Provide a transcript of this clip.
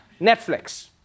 Netflix